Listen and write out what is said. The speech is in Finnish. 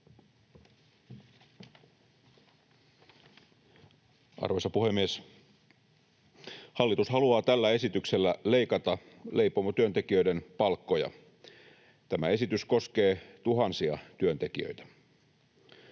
Arvoisa puhemies! Hallitus haluaa tällä esityksellä leikata leipomotyöntekijöiden palkkoja. Tämä esitys koskee tuhansia työntekijöitä.